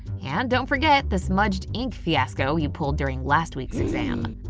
and don't forget the smudged ink fiasco you pulled during last week's exam.